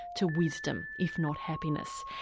to wisdom, if not happiness.